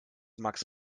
max